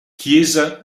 chiesa